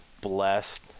blessed